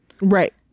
Right